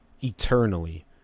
eternally